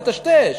לטשטש.